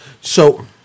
So-